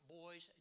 boys